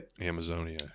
Amazonia